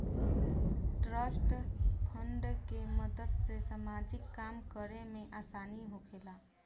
trust fund के मदद से सामाजिक काम करे में आसानी होखेला